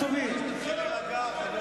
דבר.